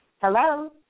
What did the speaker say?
Hello